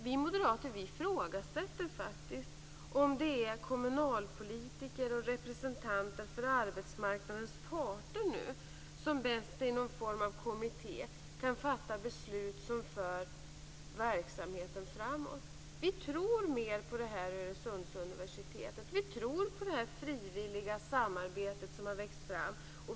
Vi moderater ifrågasätter faktiskt om det är kommunalpolitiker och representanter för arbetsmarknadens parter i någon form av kommitté som bäst kan fatta beslut som för verksamheten framåt. Vi tror mer på det här Öresundsuniversitetet. Vi tror på det frivilliga samarbete som har växt fram.